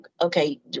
Okay